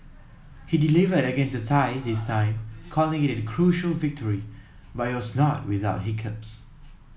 he delivered against the Thai this time calling it a crucial victory but it was not without hiccups